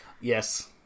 Yes